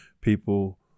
people